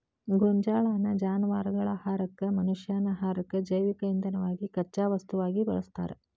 ಗೋಂಜಾಳನ್ನ ಜಾನವಾರಗಳ ಆಹಾರಕ್ಕ, ಮನಷ್ಯಾನ ಆಹಾರಕ್ಕ, ಜೈವಿಕ ಇಂಧನವಾಗಿ ಕಚ್ಚಾ ವಸ್ತುವಾಗಿ ಬಳಸ್ತಾರ